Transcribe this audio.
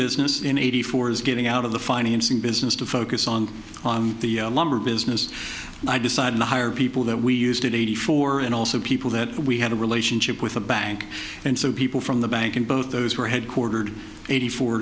business in eighty four is getting out of the financing business to focus on the lumber business and i decided to hire people that we used in eighty four and also people that we had a relationship with a bank and so people from the bank in both those were headquartered eighty four